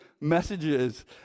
messages